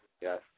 yes